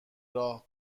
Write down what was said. راه